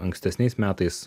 ankstesniais metais